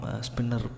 spinner